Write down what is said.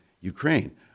Ukraine